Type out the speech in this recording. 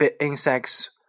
insects